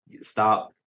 stop